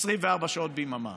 24 שעות ביממה.